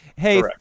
Hey